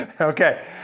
Okay